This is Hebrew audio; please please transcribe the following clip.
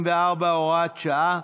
144 והוראת שעה)